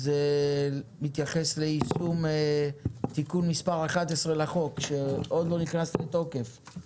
שזה מתייחס ליישום תיקון סעיף 11 לחוק שעוד לא נכנס לתוקף.